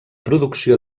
producció